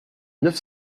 neuf